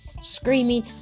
screaming